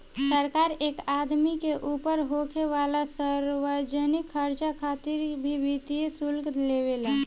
सरकार एक आदमी के ऊपर होखे वाला सार्वजनिक खर्चा खातिर भी वित्तीय शुल्क लेवे ला